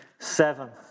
Seven